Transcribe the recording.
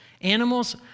Animals